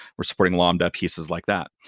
we're supporting lambda cases like that.